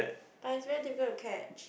but is very difficult to catch